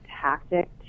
tactic